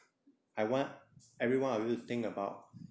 I want everyone of you to think about